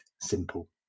simple